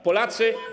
Polacy!